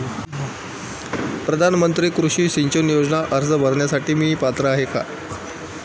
प्रधानमंत्री कृषी सिंचन योजना अर्ज भरण्यासाठी मी पात्र आहे का?